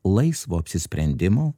laisvu apsisprendimu